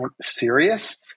serious